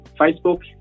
Facebook